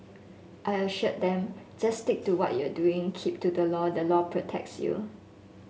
I assured them just stick to what you are doing keep to the law the law protects you